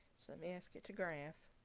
so let me ask it to graph.